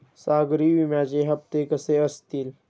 सागरी विम्याचे हप्ते कसे असतील?